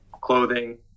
clothing